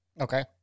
okay